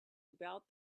about